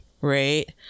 right